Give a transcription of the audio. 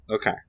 Okay